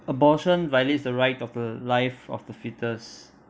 abortion violates the right of the life of the foetus